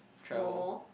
Momo